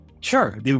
Sure